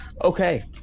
Okay